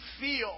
feel